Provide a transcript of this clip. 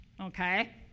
okay